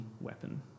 weapon